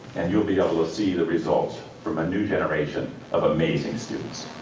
and you will be able to see the results from a new generation of amazing students.